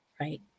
Right